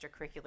extracurricular